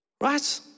right